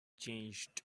changed